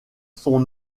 son